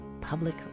Public